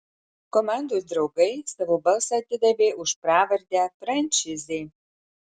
komandos draugai savo balsą atidavė už pravardę frančizė